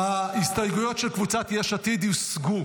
ההסתייגויות של קבוצת יש עתיד הוסרו.